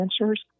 answers